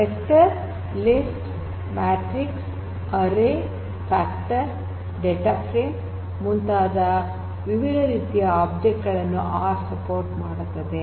vector list matrix array factor data frame ಮುಂತಾದ ವಿವಿಧ ರೀತಿಯ ಆಬ್ಜೆಕ್ಟ್ ಗಳನ್ನು ಆರ್ ಬೆಂಬಲಿಸುತ್ತದೆ